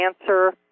answer